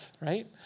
right